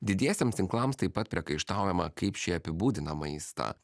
didiesiems tinklams taip pat priekaištaujama kaip šie apibūdina maistą